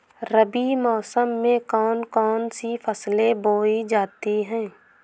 रबी मौसम में कौन कौन सी फसलें बोई जाती हैं?